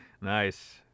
Nice